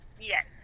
Yes